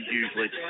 usually